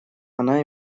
она